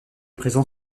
présent